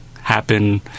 happen